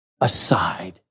aside